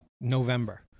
november